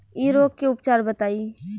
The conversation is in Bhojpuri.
इ रोग के उपचार बताई?